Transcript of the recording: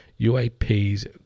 UAP's